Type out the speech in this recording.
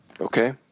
Okay